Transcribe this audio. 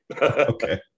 Okay